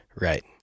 Right